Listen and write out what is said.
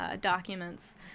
documents